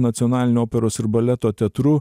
nacionalinio operos ir baleto teatru